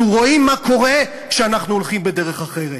רואים מה קורה כשאנחנו הולכים בדרך אחרת.